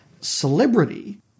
celebrity